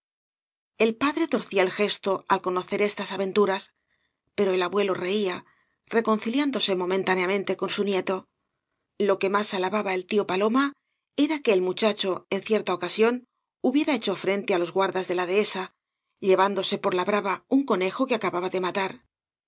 el padre torcía el gesto al conocer estas aventuras pero el abuelo reía reconciliándose momentáneamente con su nieto lo que más alababa el tío paloma era que el muchacho en cierta ocasión hubiera hecho frente á los guardas de la dehesa llevándose por la brava un conejo que acababa de matar